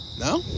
No